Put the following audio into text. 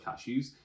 cashews